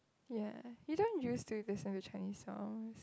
ya you don't use to listen to Chinese song